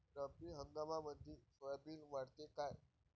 रब्बी हंगामामंदी सोयाबीन वाढते काय?